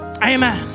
Amen